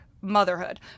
motherhood